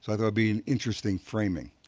but will be an interesting framing.